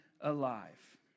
alive